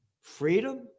Freedom